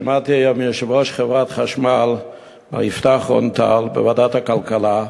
ואמרתי היום ליושב-ראש חברת החשמל מר יפתח רון-טל בוועדת הכלכלה,